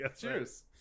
Cheers